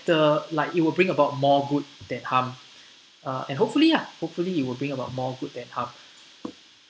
the like it will bring about more good than harm uh and hopefully ah hopefully it will bring about more good than harm